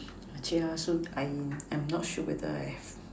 yeah so I'm I'm not sure whether I'm